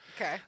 Okay